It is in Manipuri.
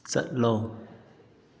ꯆꯠꯂꯣ